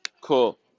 cool